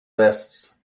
vests